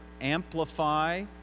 amplify